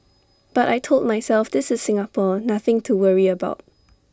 but I Told myself this is Singapore nothing to worry about